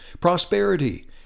prosperity